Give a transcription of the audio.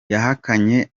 yahakanye